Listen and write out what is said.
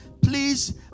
please